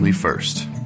first